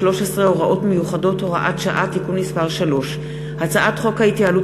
(הוראות מיוחדות) (הוראת שעה) (תיקון מס' 3); הצעת חוק ההתייעלות